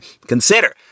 consider